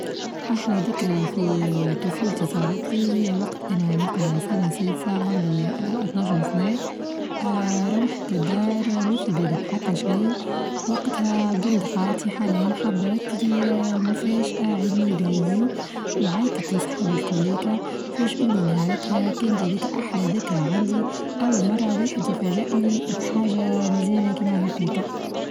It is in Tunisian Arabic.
أحلى ذكرى في آآ طفولتي صارت لي هي وقت أنا نقرأ سنة سادسة عمري اتناش سنة آآ روحت الدار ما في بالي بحتى شي وقتها بنت خالتي حنان حضرت لي آآ مفاجأة عيد ميلادي، وعيطت لصحابى الكوليكا فاجؤوني نهاريتها كانت هديكا أحلى ذكرى عندي أول مرة واحد يفاجئني بحاجة مزيانة كيما هكاك.